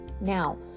Now